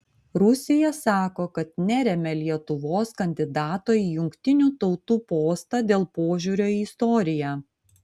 rusija sako kad neremia lietuvos kandidato į jungtinių tautų postą dėl požiūrio į istoriją